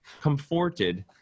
comforted